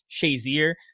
Shazier